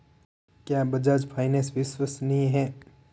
क्या बजाज फाइनेंस विश्वसनीय है?